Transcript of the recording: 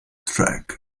track